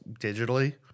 digitally